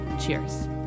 Cheers